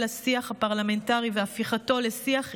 השיח הפרלמנטרי והפיכתו לשיח ענייני,